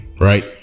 right